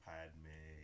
Padme